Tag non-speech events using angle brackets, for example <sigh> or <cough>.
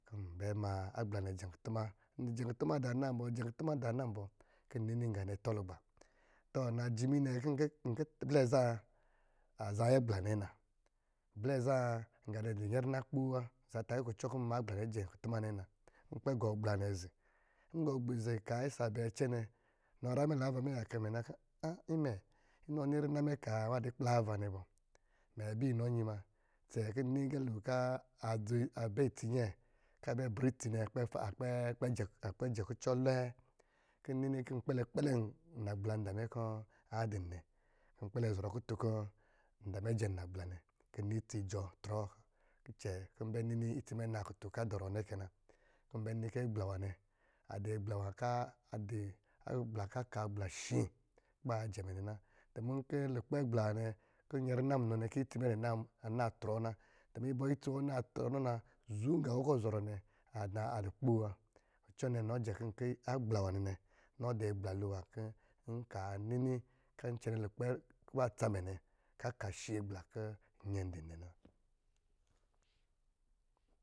Kɔ̄ n bɛ ma agbla nɛ jɛnkutuma ndɔ̄ jɛnkutuma dá nambɔ-ndɔ̄ jɛnkutuma dá nambɔ kɔ̄ nnini gá nɛ a tɔ lugba. Tɔ, najimi nɛ kɔ̄ nkɔ̄-nkɔ̄ blɛm záá a zaa nyi agbla nɛ na blɛ zaa ngá nɛ dɔ̄ nyɛrina kpoo wa, aza ta kɔ̄ kucɔ n ma agbla nɛ jɛnkutuma nɛ na, nkpɛ gɔ agbla nɛ zi, ngɔ agbla nɛ zi kaa cina isa bɛɛ, cɛɛ nɛ nɔ nyrá mɛ navava mɛ yaka mɛ na <hesitation> inɔ ni rina mɛ kaa nnwá di kplɔava nɛ, mɛ ba inɔ inyi muna cɛɛ kɔ̄ nni agali kɔ̄ adɔibrɔ itsi inyɛɛ a kpɛ jɛ kucɔ lwɛɛ, kɔ̄ nini kɔ̄ n kpɛlɛm nagbla a nda mɛ kɔ̄ a dim nɛ, kɔ̄ n kpɛlɛ zɔrɔ kutun kɔ̄ nda mɛ a jɛm nagblanɛ kɔ̄ nnini itsi a kpɛlɛ jɔ̄ trɔɔ, kɔ̄ nbɛ nini itsi a kpɛlɛ jɔ̄ trɔɔ, kɔ̄ nbɛ nini itsi mɛ a naa kutun kɔ̄ a dɔrɔ nɛ kɛ na. Agbla nwanɛ adɔ̄ agbla kó akashi agbla kɔ̄ ba jɛ mɛ nɛ na. Dumu kɔ̄ lukpɛ agbla nwa nɛ nɛ kɔ̄ itsi naa trɔɔ na. Dumu ibi n kɔ̄ itsi wɔ naa trɔɔ na zum gá kɔ̄ ɔzɔrɔ nɛ adɔ̄ kpoo wa, kucɔ nɛ inɔ jɛm kɔ̄ nkɔ̄ agbla nwá nɛnɛ inɔ dɔ agbla nwá kɔ̄ nkaa nini kɔ̄ n cɛnɛ lukpɛ kó ba tsa mɛ kɔ̄ a shi agbla kɔ̄ nyɛ a dɔ̄m nɛ na.